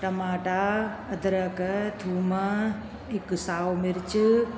टमाटा अदरक थूम हिकु साओ मिर्च